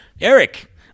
Eric